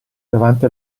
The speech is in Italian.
davanti